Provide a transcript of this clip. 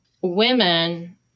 women